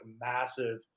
massive